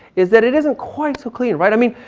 is that it isn't quite so clear and right. i mean,